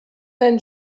than